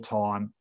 time